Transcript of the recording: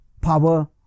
power